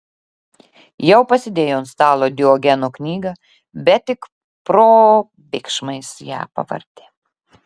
jau pasidėjo ant stalo diogeno knygą bet tik probėgšmais ją pavartė